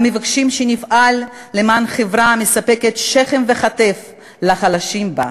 המבקשים שנפעל למען חברה המספקת שכם וכתף לחלשים שבה,